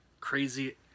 crazy